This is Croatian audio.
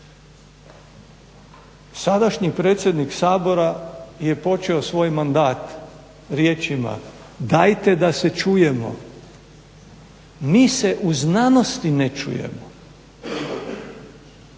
Sadašnji predsjednik Sabora je počeo svoj mandat riječima "dajte da se čujemo". Mi se u znanosti ne čujemo.